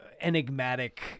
enigmatic